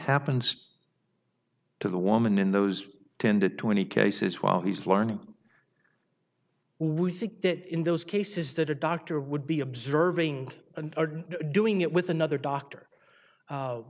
happened to the woman in those ten to twenty cases while he's learning we think that in those cases that a doctor would be observing and doing it with another doctor